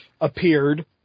appeared